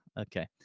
Okay